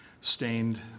stained